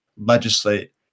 legislate